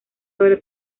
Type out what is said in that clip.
del